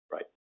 Right